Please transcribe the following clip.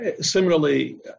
similarly